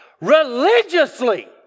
religiously